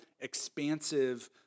expansive